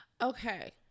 Okay